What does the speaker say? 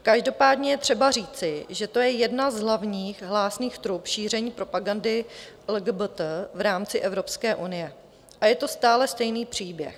Každopádně je třeba říci, že to je jedna z hlavních hlásných trub šíření propagandy LGBT v rámci Evropské unie, a je to stále stejný příběh.